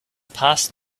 passed